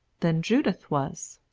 than judith was